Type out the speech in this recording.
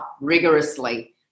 rigorously